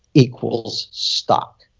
equals stop.